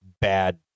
bad